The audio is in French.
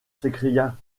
s’écria